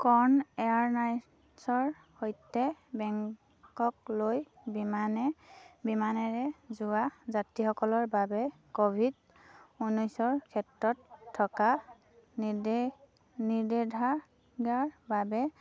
condor এয়াৰলাইনছৰ সৈতে বেংককলৈ বিমানে বিমানেৰে যোৱা যাত্ৰীসকলৰ বাবে ক'ভিড ঊনৈছৰ ক্ষেত্ৰত থকা নিষেধাজ্ঞা বাবে